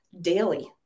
daily